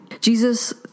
Jesus